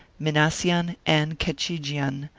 minassian, and kechijian,